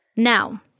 Now